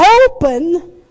Open